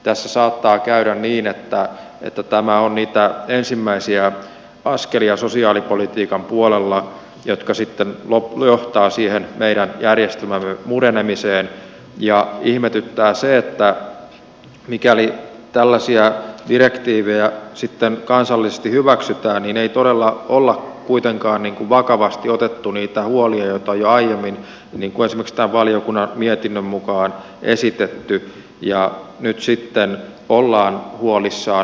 tässä saattaa käydä niin että tämä on niitä ensimmäisiä askelia sosiaalipolitiikan puolella jotka sitten johtavat siihen meidän järjestelmämme murenemiseen ja ihmetyttää se että mikäli tällaisia direktiivejä sitten kansallisesti hyväksytään niin ei todella olla kuitenkaan vakavasti otettu niitä huolia joita on jo aiemmin niin kuin esimerkiksi tämän valiokunnan mietinnön mukaan esitetty ja nyt sitten ollaan huolissaan